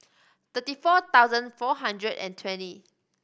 thirty four thousand four hundred and twenty